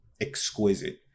exquisite